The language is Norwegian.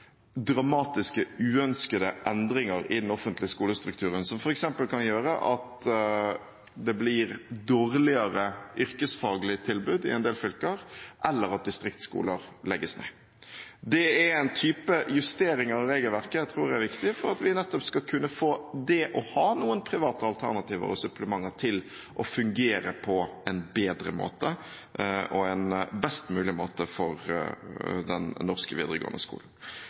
dramatiske uønskede endringer i den offentlige skolestrukturen som f.eks. kan gjøre at det blir dårligere yrkesfaglig tilbud i en del fylker, eller at distriktsskoler legges ned. Det er en type justeringer i regelverket jeg tror er viktig for at vi nettopp skal kunne få det å ha noen private alternativer og supplementer til å fungere på en bedre og best mulig måte for den norske videregående skolen.